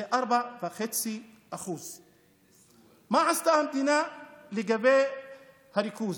זה 4.5%. מה עשתה המדינה לגבי הריכוז?